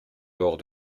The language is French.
lors